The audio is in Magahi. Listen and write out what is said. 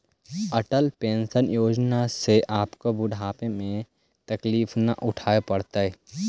अटल पेंशन योजना से आपको बुढ़ापे में तकलीफ न उठावे पड़तई